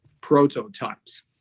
prototypes